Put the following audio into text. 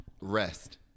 Rest